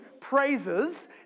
praises